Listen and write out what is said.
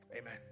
Amen